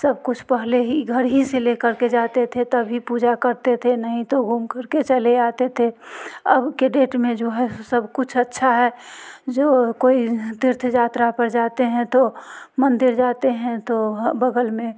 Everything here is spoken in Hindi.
सब कुछ पहले ही घर ही से ले कर के जाते थे तभी पूजा करते थे नहीं तो घूम कर के चले आते थे अब के डेट में जो है सो सब कुछ अच्छा है जो कोई तीर्थ यात्रा पर जाते हैं तो मंदिर जाते हैं तो बग़ल में